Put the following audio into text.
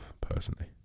personally